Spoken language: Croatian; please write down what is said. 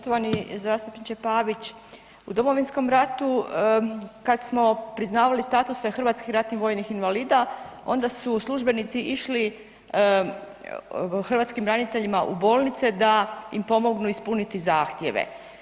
Poštovani zastupniče Pavić, u Domovinskom ratu kad smo priznavali statuse hrvatskih ratnih vojnih invalida onda su službenici išli hrvatskim braniteljima u bolnice da im pomognu ispuniti zahtjeve.